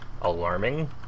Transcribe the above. alarming